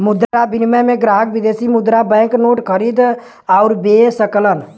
मुद्रा विनिमय में ग्राहक विदेशी मुद्रा बैंक नोट खरीद आउर बे सकलन